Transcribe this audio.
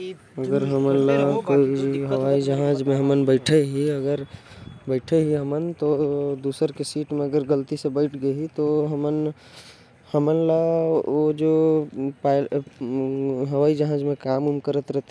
अगर हमन कभी हवाई जहाज में सफर करथ ही तो। ओकर में सीट नंबर रहेल अउ गलत बैठ जाबे